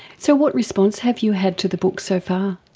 so what response have you had to the book so far?